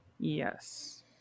Yes